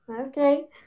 Okay